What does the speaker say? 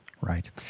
Right